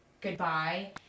goodbye